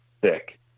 thick